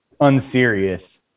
Unserious